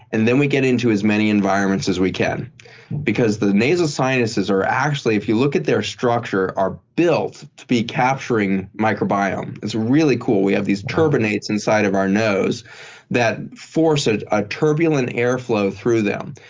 and then, we get into as many environments as we can because the nasal sciences are actually, if you look at their structure, are built to be capturing microbiome. it's really cool. we have these turbinates inside of our nose that force a ah turbulent airflow through them.